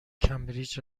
کمبریج